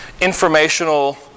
informational